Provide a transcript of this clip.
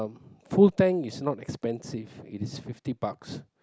full tank is not expensive it is fifty bucks